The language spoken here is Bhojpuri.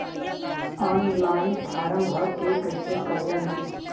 ऑनलाइन फ़ारम् भर के कैसे कर्जा मिली?